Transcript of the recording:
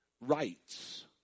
rights